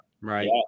Right